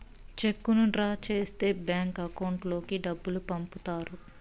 చెక్కును డ్రా చేస్తే bank account లోకి డబ్బులు పంపుతారు